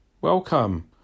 welcome